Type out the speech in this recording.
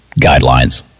guidelines